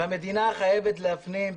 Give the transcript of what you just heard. המדינה חייבת להפנים,